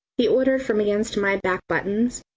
he ordered from against my back buttons.